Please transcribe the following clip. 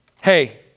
hey